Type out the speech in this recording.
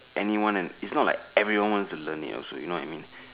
it's not like everyone wants to learn it also you know what I mean